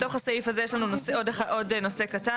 בתוך הסעיף הזה יש לנו עוד נושא קטן,